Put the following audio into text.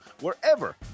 wherever